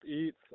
Eats